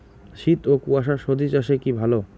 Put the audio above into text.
শীত ও কুয়াশা স্বজি চাষে কি ভালো?